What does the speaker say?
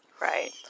Right